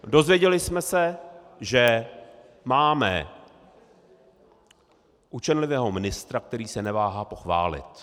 Dozvěděli jsme se, že máme učenlivého ministra, který se neváhá pochválit.